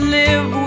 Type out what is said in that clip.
live